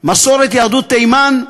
מסורת יהדות תימן.